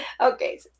Okay